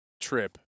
trip